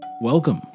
Welcome